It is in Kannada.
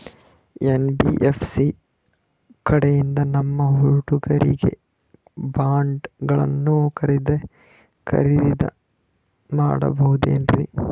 ಎನ್.ಬಿ.ಎಫ್.ಸಿ ಕಡೆಯಿಂದ ನಮ್ಮ ಹುಡುಗರಿಗೆ ಬಾಂಡ್ ಗಳನ್ನು ಖರೀದಿದ ಮಾಡಬಹುದೇನ್ರಿ?